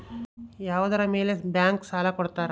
ಯಾವುದರ ಮೇಲೆ ಬ್ಯಾಂಕ್ ಸಾಲ ಕೊಡ್ತಾರ?